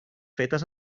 fetes